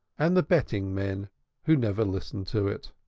and the betting-men who never listened to it